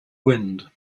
wind